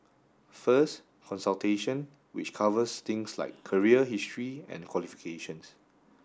first consultation which covers things like career history and qualifications